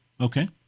Okay